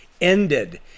ended